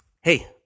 Hey